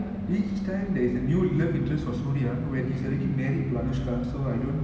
each time there's a new love interest for suriya when he's already married to anushka so I don't